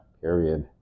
Period